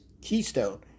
Keystone